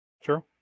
Sure